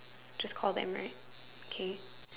just call them right okay